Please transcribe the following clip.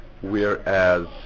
whereas